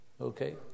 Okay